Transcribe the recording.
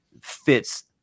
fits